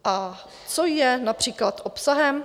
A co je například obsahem?